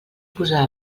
posar